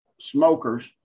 smokers